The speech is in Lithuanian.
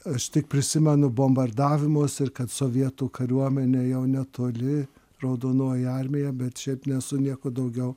aš tik prisimenu bombardavimus ir kad sovietų kariuomenė jau netoli raudonoji armija bet šiaip nesu nieko daugiau